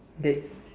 okay